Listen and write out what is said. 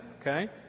Okay